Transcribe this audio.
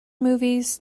movies